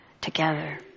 together